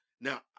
Now